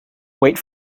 wait